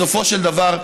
בסופו של דבר,